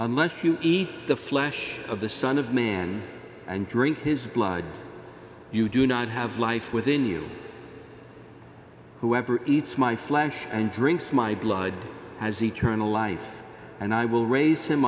unless you eat the flesh of the son of man and drink his blood you do not have life within you whoever eats my flesh and drinks my blood has eternal life and i will raise him